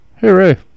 Hooray